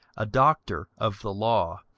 a doctor of the law,